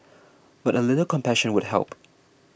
but a little compassion would help